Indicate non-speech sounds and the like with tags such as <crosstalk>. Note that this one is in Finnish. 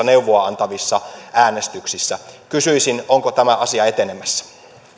<unintelligible> neuvoa antavissa äänestyksissä kysyisin onko tämä asia etenemässä